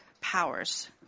powers